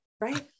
right